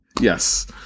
Yes